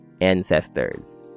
ancestors